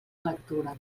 lectura